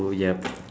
oh yup